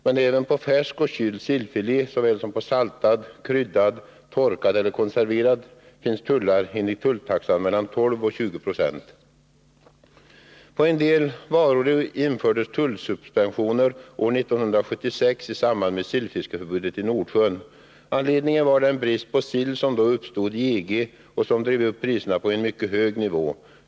Men även på På en del varor infördes tullsuspensioner år 1976 i samband med sillfiskeförbudet i Nordsjön. Anledningen var den brist på sill som då uppstod i EG och som drev upp priserna till en mycket hög nivå.